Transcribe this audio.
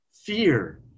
fear